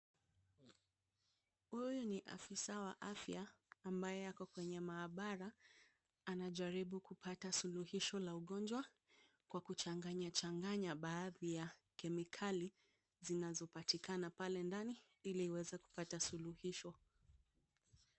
Huyu ni afisa wa afya ambaye ako kwenye maabara. Anajaribu kupata suluhisho la ugonjwa kwa kuchanganyachanganya baadhi ya kemikali zinazopatikana pale ndani ile aweze kupata suluhisho.